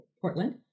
Portland